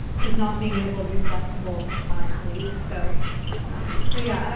just not being able to be flexible if a client leaves so so yeah.